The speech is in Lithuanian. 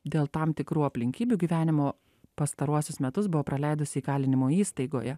dėl tam tikrų aplinkybių gyvenimo pastaruosius metus buvo praleidusi įkalinimo įstaigoje